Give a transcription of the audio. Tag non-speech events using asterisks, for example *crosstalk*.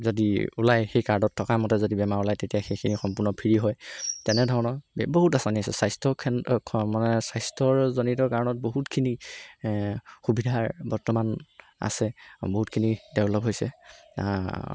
যদি ওলায় সেই কাৰ্ডত থকা মতে যদি বেমাৰ ওলায় তেতিয়া সেইখিনি সম্পূৰ্ণ ফ্ৰী হয় তেনেধৰণৰ বহুত আঁচনি আছে স্বাস্থ্য *unintelligible* মানে স্বাস্থ্যজনিত কাৰণত বহুতখিনি সুবিধাৰ বৰ্তমান আছে বহুতখিনি ডেভেলপ হৈছে